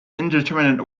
indeterminate